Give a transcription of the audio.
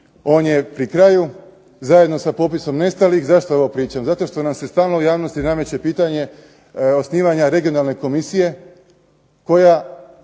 On je pri kraju, zajedno sa popisom nestalih. Zašto ovo pričam? Zato što nam se stalno u javnosti nameće pitanje osnivanja regionalne komisije koja